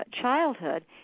childhood